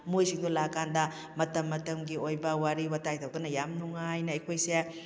ꯃꯣꯏꯁꯤꯡꯗꯨ ꯂꯥꯛꯀꯥꯟꯗ ꯃꯇꯝ ꯃꯇꯝꯒꯤ ꯑꯣꯏꯕ ꯋꯥꯔꯤ ꯋꯥꯇꯥꯏ ꯇꯧꯗꯨꯅ ꯌꯥꯝ ꯅꯨꯡꯉꯥꯏꯅ ꯑꯩꯈꯣꯏꯁꯦ